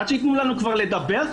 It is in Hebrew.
עד שייתנו לנו כבר לדבר,